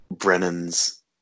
Brennan's